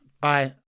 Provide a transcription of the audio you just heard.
Bye